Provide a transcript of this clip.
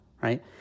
right